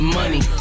money